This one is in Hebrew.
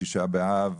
תשעה באב,